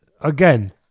Again